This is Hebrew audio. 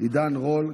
עידן רול,